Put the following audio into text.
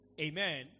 Amen